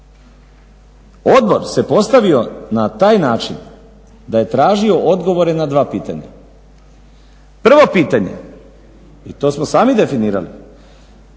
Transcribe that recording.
odbor se postavio na taj način da je tražio odgovore na dva pitanja. Prvo pitanje i to smo sami definirali,